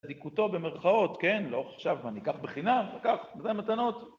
לדיקותו במרכאות, כן, לא עכשיו ואני אקח בחינם, אקח, זה מתנות.